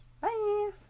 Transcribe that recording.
bye